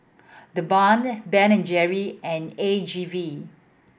The Balm Ben and Jerry and A G V